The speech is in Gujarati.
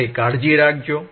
તમારી કાળજી રાખજો